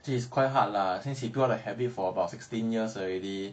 actually it's quite hard lah since he build up a habit for about sixteen years already